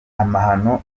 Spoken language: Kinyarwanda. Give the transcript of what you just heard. amahano